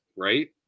Right